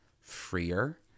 freer